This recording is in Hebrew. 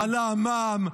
עלה המע"מ,